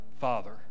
father